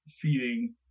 feeding